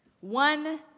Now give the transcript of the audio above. One